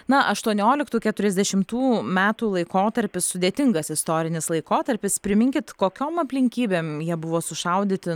na aštuonioliktų keturiasdešimtų metų laikotarpis sudėtingas istorinis laikotarpis priminkit kokiom aplinkybėm jie buvo sušaudyti